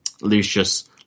Lucius